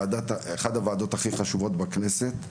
זו אחת הוועדות הכי חשובות בכנסת,